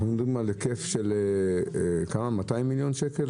אנחנו מדברים על היקף של 200 מיליון שקל?